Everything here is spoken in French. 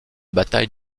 bataille